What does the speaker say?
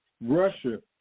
Russia